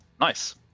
Nice